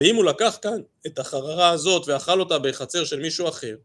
ואם הוא לקח כאן את החררה הזאת ואכל אותה בחצר של מישהו אחר